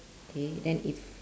okay and it